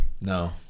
No